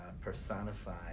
personify